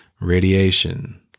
radiation